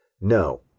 No